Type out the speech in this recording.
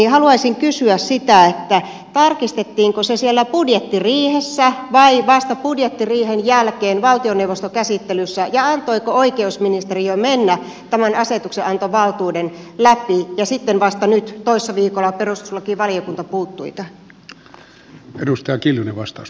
haluaisin kysyä sitä tarkistettiinko se siellä budjettiriihessä vai vasta budjettiriihen jälkeen valtioneuvoston käsittelyssä ja antoiko oikeusministeriö tämän asetuksenantovaltuuden mennä läpi ja sitten vasta nyt toissa viikolla perustuslakivaliokunta puuttui tähän